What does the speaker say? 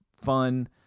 fun